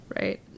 Right